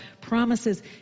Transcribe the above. promises